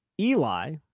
Eli